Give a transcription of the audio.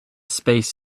space